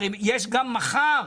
הרי יש גם מחר,